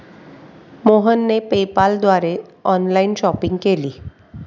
मोहनने पेपाल द्वारे online shopping केली